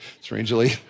strangely